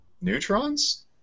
Neutrons